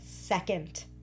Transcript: second